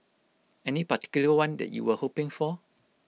any particular one that you were hoping for